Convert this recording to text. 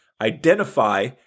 identify